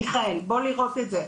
מיכאל, בוא לראות את זה.